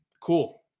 cool